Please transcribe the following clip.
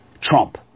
Trump